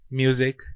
music